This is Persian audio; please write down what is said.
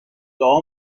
دعا